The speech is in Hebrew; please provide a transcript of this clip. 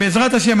בעזרת השם,